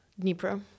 Dnipro